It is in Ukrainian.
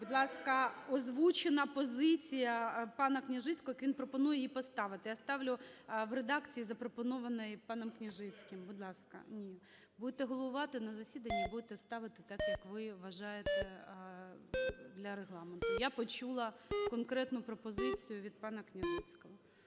Будь ласка, озвучена позиція панаКняжицького. Він пропонує її поставити. Я ставлю в редакції, запропонованій паном Княжицьким. Ні, будете головувати на засіданні – будете ставити так, як ви вважаєте для Регламенту. Я почула конкретну пропозицію від панаКняжицького.